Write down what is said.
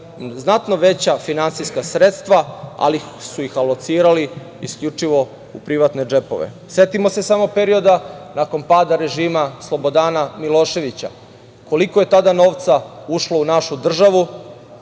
znatno veća finansijska sredstva, ali su ih locirali isključivo u privatne džepove. Setimo se samo perioda nakon pada režima Slobodana Miloševića, koliko je tada novca ušlo u našu državu